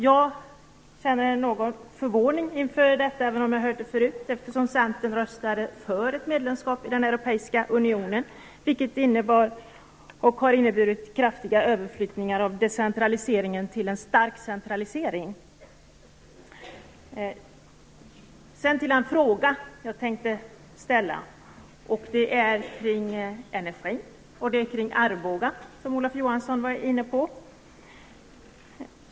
Jag känner en förvåning inför detta, även om jag har hört det förut, eftersom Centern röstade för ett medlemskap i den europeiska unionen, vilket har inneburit kraftiga överflyttningar från decentralisering till en stark centralisering. Sedan till en fråga jag tänkte ställa. Det gäller energi och Arboga, som Olof Johansson var inne på.